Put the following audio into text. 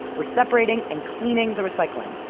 were separating and cleaning the recycling.